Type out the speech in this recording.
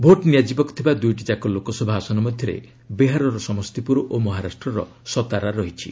vote ନିଆଯିବାକୁଥିବା ଦୁଇଟିଯାକ ଲୋକସଭା ଆସନ ମଧ୍ୟରେ ବିହାରର ସମସ୍ତିପୁର ଓ ମହାରାଷ୍ଟ୍ରର ସତାରା ରହିଛି